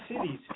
cities